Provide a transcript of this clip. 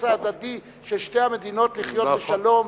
ההדדי של שתי המדינות הוא לחיות בשלום,